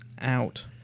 out